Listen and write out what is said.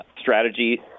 strategy